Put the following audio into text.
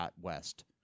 West